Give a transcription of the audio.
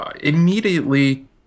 immediately